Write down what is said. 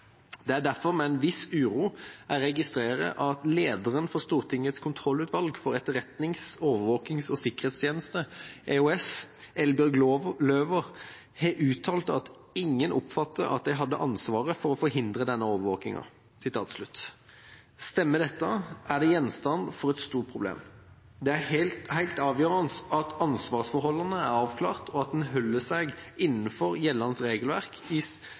Det er derfor med en viss uro jeg registrerer at lederen for Stortingets kontrollutvalg for etterretnings-, overvåkings- og sikkerhetstjeneste, EOS, Eldbjørg Løwer, har uttalt: «Ingen oppfatter at de hadde ansvaret for å forhindre denne overvåkingen.» Stemmer dette, er det gjenstand for et stort problem. Det er helt avgjørende at ansvarsforholdene er avklart, og at man holder seg innenfor gjeldende regelverk